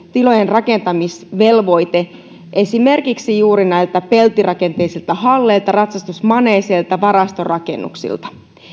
rakentamisvelvoite esimerkiksi juuri peltirakenteisilta halleilta ratsastusmaneeseilta ja varastorakennuksilta